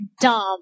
dumb